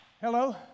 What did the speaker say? Hello